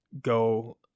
go